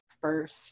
first